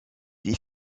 des